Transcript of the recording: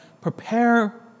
prepare